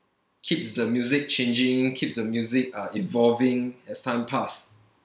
keeps the music changing keeps the music uh evolving as time pass